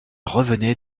revenait